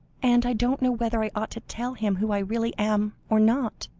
and i don't know whether i ought to tell him who i really am, or not,